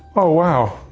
oh wow.